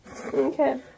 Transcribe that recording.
Okay